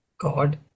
God